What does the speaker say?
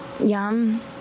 Yum